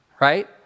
Right